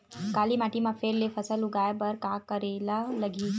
काली माटी म फेर ले फसल उगाए बर का करेला लगही?